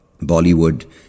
Bollywood